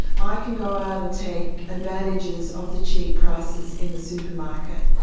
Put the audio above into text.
i can go out and take advantages of the cheap prices in the supermarket,